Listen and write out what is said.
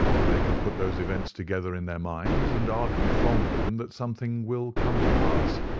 they can put those events together in their minds, and argue from them that something will come to pass.